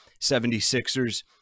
76ers